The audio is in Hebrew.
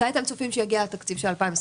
מתי אתם צופים שיגיע התקציב של 2022?